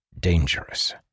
Dangerous